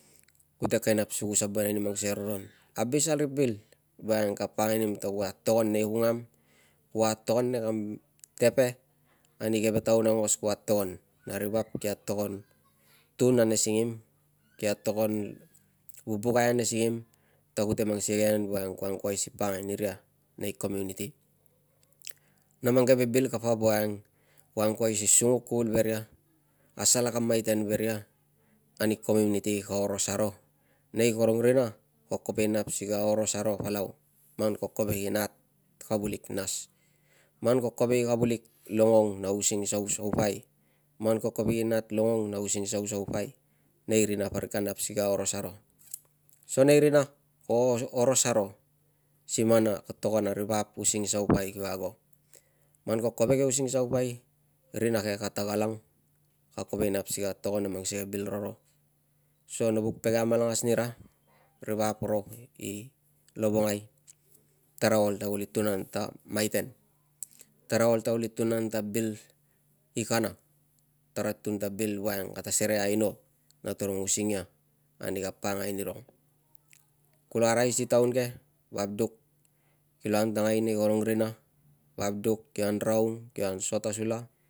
Kute ken nap si ku sabonai ni mang sikei a roron. Abis a ri bil woiang ka pakangai nim ta ku atogon nei kungam, ku atogon nei kam tepe ani keve taun aungos ku atogon na ri vap ki atogon tun ane singim, ki atogon vubukai ane singim ta kute mang sikei a igenen woiang kuo angkuai si pakangai aniria nei komuniti na mang keve bil kapa woiang kuo angkuai si sunguk kuvuk ve ria, asalak a maiten ve ria ani komuniti ka oros aro. Nei karong rina ko kovek i nap si ka oros aro palau man ko kovek i nat, kavulik nas, man ko kovek i kavulik longong na using sausaupai, man ko kovek i nat longong na using sausaupai nei rina parik ka nap si ka oros aro. So nei rina ko oros aro siman a ko tokon a ri vap using saupai kipo ago, man ko kovek i using saupai rina ke ka tagalang, ka kovek i nap si ka togon a mang sikei a bil roron so no buk pege amalangas nira ri vap ro i lovongai, tara ol ta kuli tun an ta maiten, tara ol ta kuli tun an ta bil i kana, tara tun ta bil woiang kata serei aino na tarong using ia ani ka pakangai nirong. Kulo arai si taun ke vap duk kilo angtangai nei karung rina, vap duk kio angraung, kio angso ta sula